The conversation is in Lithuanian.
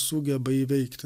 sugeba įveikti